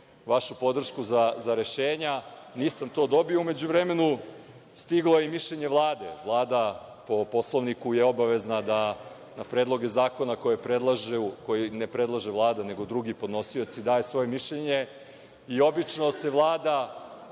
vašu podršku za rešenja. Nisam to dobio. Međutim, stiglo je i mišljenje Vlade. Vlada je po Poslovniku obavezna da na predloge zakona koje ne predlaže Vlada, nego drugi podnosioci, da svoje mišljenje. Obično se Vlada